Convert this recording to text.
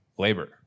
labor